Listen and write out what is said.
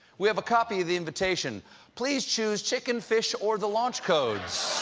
we have a copy of the invitation please choose chicken, fish, or the launch codes.